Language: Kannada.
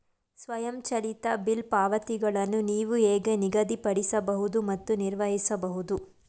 ಸ್ವಯಂಚಾಲಿತ ಬಿಲ್ ಪಾವತಿಗಳನ್ನು ನೀವು ಹೇಗೆ ನಿಗದಿಪಡಿಸಬಹುದು ಮತ್ತು ನಿರ್ವಹಿಸಬಹುದು?